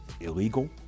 illegal